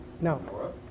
No